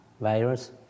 virus